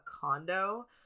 condo